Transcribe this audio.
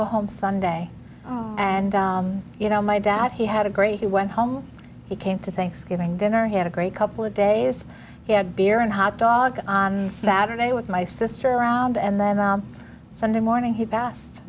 go home sunday and you know my dad he had a great he went home he came to thanksgiving dinner he had a great couple of days he had beer and a hot dog on saturday with my sister around and then sunday morning he